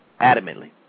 adamantly